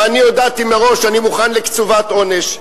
אני הודעתי מראש שאני מוכן לקצובת עונש.